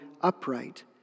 upright